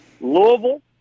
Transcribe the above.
Louisville